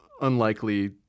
unlikely